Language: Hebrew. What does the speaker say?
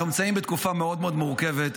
אנחנו נמצאים בתקופה מאוד מאוד מורכבת.